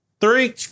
three